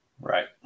Right